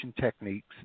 techniques